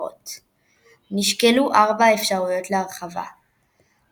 מבנה הטורניר באוקטובר 2013 הציע מישל פלאטיני,